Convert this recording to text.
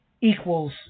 equals